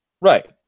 Right